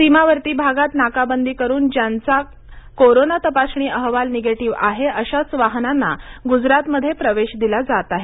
सीमावर्ती भागात नाकांबदी करुन ज्यांचा कोरोना तपासणी अहवाल निगेटीव्ह आहे अशाच वाहनांना गुजरातमध्ये प्रवेश दिला जात आहे